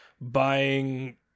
buying